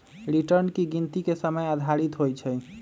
return की गिनति के समय आधारित होइ छइ